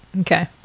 okay